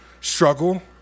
struggle